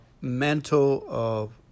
mental